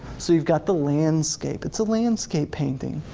so you've got the landscape, it's a landscape painting.